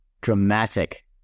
dramatic